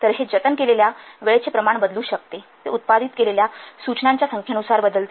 तर हे जतन केलेल्या वेळेचे प्रमाण बदलू शकते ते उत्पादित केलेल्या नोटिसांच्या संख्येनुसार बदलते